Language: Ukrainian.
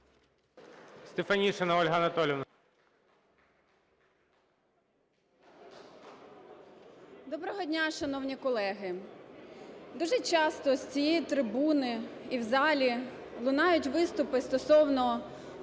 Доброго дня, шановні колеги! Дуже часто з цієї трибуни і в залі лунають виступи стосовно